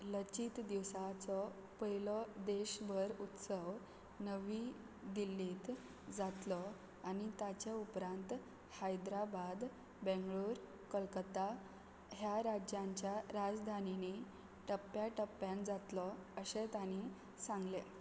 लचीत दिसाचो पयलो देश भर उत्सव नवी दिल्लींत जातलो आनी ताच्या उपरांत हायद्राबाद बेंगळूर कलकत्ता ह्या राज्यांच्या राजधानीनीं टप्प्या टप्प्यान जातलो अशें ताणीं सांगलें